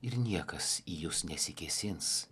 ir niekas į jus nesikėsins